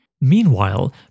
Meanwhile